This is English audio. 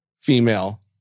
female